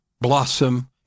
blossom